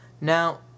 now